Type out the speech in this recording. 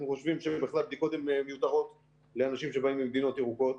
אנחנו חושבים שבדיקות הן מיותרות לאנשים שבאים ממדינות ירוקות,